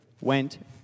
went